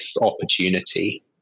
opportunity